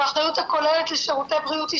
שהאחריות הכוללת לשירותי הבריאות היא